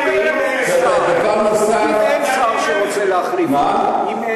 חבר'ה, דבר נוסף, ואם אין שר שרוצה להחליף אותו?